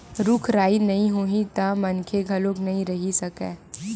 रूख राई नइ होही त मनखे घलोक नइ रहि सकय